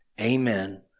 Amen